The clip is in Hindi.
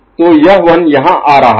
तो यह 1 यहाँ आ रहा है